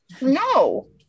No